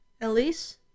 Elise